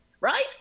right